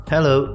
Hello